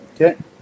Okay